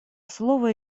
слово